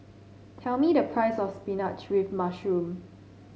tell me the price of spinach with mushroom